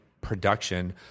production